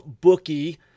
bookie